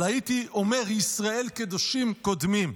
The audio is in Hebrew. אבל הייתי אומר: ישראל קדושין קודמים,